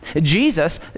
Jesus